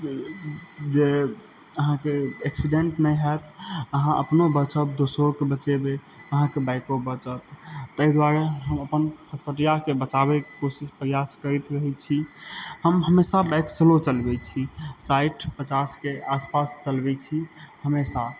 जे अहाँके एक्सिडेन्ट नहि होयत अहाँ अपनो बचब दोसरोके बचेबै अहाँके बाइको बचत ताहि दुआरे हम अपन फटियाके बचाबैके कोशिश प्रयास करैत रहै छी हम हमेशा बाइक सलो चलबै छी साठि पचासके आसपास चलबै छी हमेशा